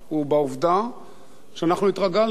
הוא בעובדה שאנחנו התרגלנו,